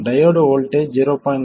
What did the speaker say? diode voltage 0